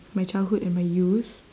my childhood and my youth